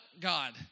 God